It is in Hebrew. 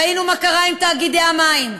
ראינו מה קרה עם תאגידי המים,